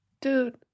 Dude